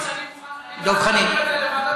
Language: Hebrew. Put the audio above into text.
אני הסכמתי להעביר את זה לוועדת הפנים.